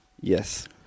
Yes